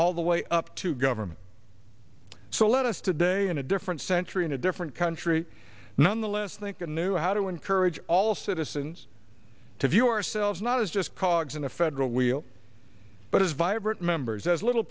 all the way up to government so let us today in a different century in a different country nonetheless think and knew how to encourage all citizens to view or selves not as just cogs in the federal wheel but as vibrant members as little